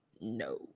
No